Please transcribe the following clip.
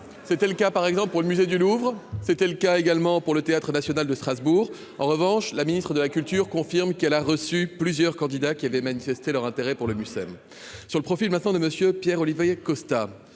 c'était le cas par exemple pour le musée du Louvre, c'était le cas également pour le Théâtre national de Strasbourg, en revanche, la ministre de la Culture confirme qu'elle a reçu plusieurs candidats qui avaient manifesté leur intérêt pour le Mucem sur le profil maintenant de Monsieur Pierre Olivier Costa